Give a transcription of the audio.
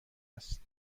است